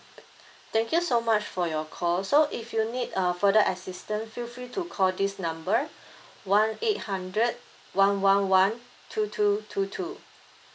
thank you so much for your call so if you need uh further assistant feel free to call this number one eight hundred one one one two two two two